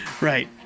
Right